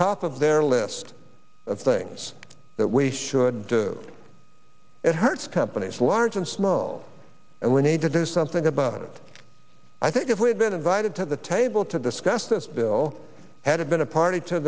top of their list of things that we should do it hurts companies large and small and we need to do something about it i think if we had been invited to the table to discuss this bill had it been a party to